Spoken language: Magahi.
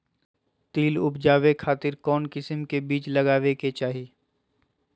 तिल उबजाबे खातिर कौन किस्म के बीज लगावे के चाही?